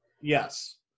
Yes